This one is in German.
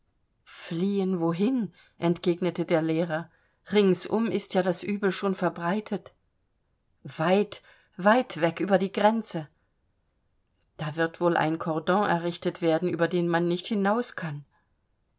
fliehen wohin entgegnete der lehrer ringsum ist ja das übel schon verbreitet weit weit weg über die grenze da wird wohl ein cordon errichtet werden über den man nicht hinauskann